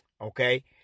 okay